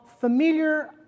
familiar